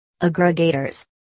Aggregators